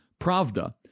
Pravda